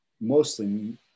Mostly